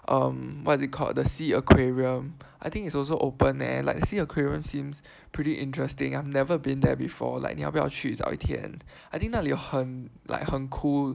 um what do you call the Sea Aquarium I think is also open leh like the Sea Aquarium seems pretty interesting I've never been there before like 你要不要去找一天 I think 那里很 like 很 cool